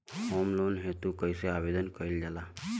Home loan हेतु कइसे आवेदन कइल जाला?